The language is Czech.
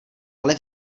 ale